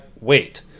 Wait